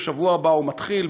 ובשבוע הבא הוא מתחיל,